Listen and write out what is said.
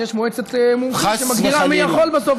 שיש בה מועצת מומחים שמגדירה מי יכול בסוף,